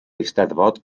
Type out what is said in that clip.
eisteddfod